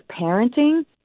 parenting